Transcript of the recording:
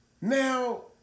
now